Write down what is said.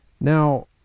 Now